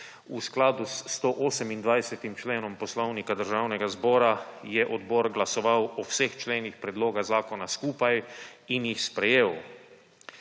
V skladu s 128. členom Poslovnika Državnega zbora je odbor glasoval o vseh členih predloga zakona skupaj in jih sprejel.